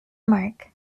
mark